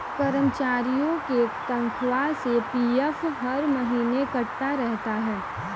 कर्मचारियों के तनख्वाह से पी.एफ हर महीने कटता रहता है